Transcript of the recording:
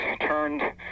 turned